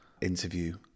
interview